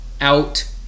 out